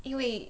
因为